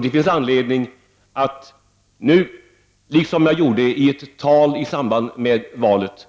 Det finns anledning att nu, liksom jag gjorde i ett tal i Chile i samband med valet,